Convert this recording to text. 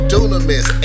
Dunamis